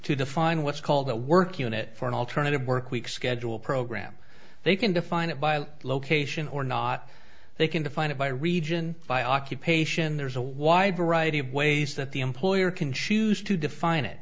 to define what's called the work unit for an alternative work week schedule program they can define it by location or not they can define it by region by occupation there's a wide variety of ways that the employer can choose to define it